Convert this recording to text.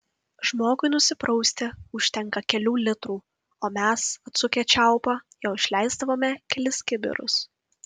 žmogui nusiprausti užtenka kelių litrų o mes atsukę čiaupą jo išleisdavome kelis kibirus